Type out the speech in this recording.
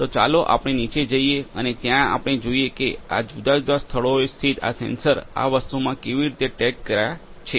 તો ચાલો આપણે નીચે જઈએ અને ત્યાં આપણે જોઈએ કે જુદા જુદા સ્થળોએ સ્થિત આ સેન્સર્સ આ વસ્તુમાં કેવી રીતે ટેગકર્યા છે